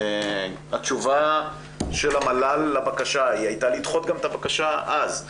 התשובה של המל"ל לבקשה הייתה לדחות את הבקשה גם אז.